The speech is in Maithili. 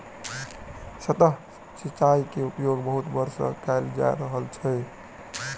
सतह सिचाई के उपयोग बहुत वर्ष सँ कयल जा रहल अछि